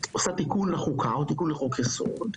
עושה תיקון לחוקה או תיקון לחוק יסוד,